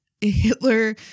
Hitler